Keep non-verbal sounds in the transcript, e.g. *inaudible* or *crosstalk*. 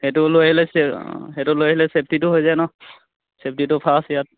সেইটো লৈ আহিলে *unintelligible* অঁ সেইটো লৈ আহিলে চেফটিটো হৈ যায় ন চেফটিটো ফাৰ্ষ্ট ইয়াত